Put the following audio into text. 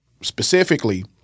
specifically